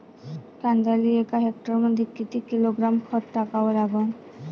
कांद्याले एका हेक्टरमंदी किती किलोग्रॅम खत टाकावं लागन?